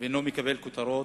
ואינו מקבל כותרות,